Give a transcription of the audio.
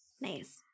Nice